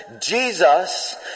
Jesus